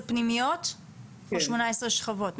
18 פנימיות או 18 שכבות?